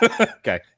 Okay